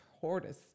tortoise